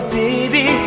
baby